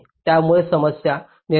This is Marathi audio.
त्यामुळे ही समस्या निर्माण होते